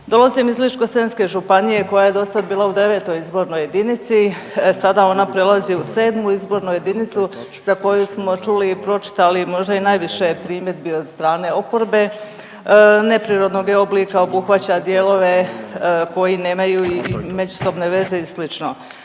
Dolazim iz Ličko-senjske županije koja je dosad bila u IX. izbornoj jedinici, e sada ona prelazi u VII. izbornu jedinicu za koju smo čuli i pročitali možda najviše primjedbi od strane oporbe. Neprirodnog je oblika, obuhvaća dijelove koji nemaju i međusobne veze i